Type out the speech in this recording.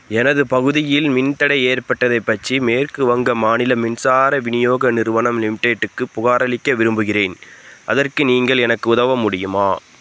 எனது பகுதியில் மின்தடை ஏற்பட்டதைப் பற்றி மேற்கு வங்க மாநில மின்சார விநியோக நிறுவனம் லிமிடெட்க்கு புகாரளிக்க விரும்புகிறேன் அதற்கு நீங்கள் எனக்கு உதவ முடியுமா